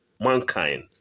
Mankind